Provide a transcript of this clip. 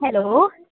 hello